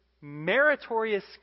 meritorious